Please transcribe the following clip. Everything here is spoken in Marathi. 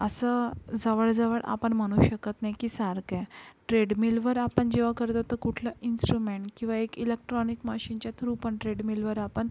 असं जवळजवळ आपण म्हणू शकत नाही की सारखं आहे ट्रेडमिलवर आपण जेव्हा करत होतो कुठलं इन्स्ट्रुमेंट किंवा एक इलेक्ट्रॉनिक मशीनच्या थ्रू पण ट्रेडमिलवर आपण